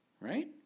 right